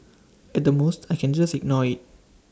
at the most I can just ignore IT